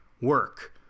Work